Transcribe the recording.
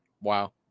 Wow